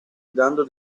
dando